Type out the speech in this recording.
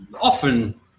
often